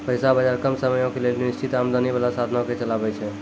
पैसा बजार कम समयो के लेली निश्चित आमदनी बाला साधनो के चलाबै छै